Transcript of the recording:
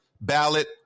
ballot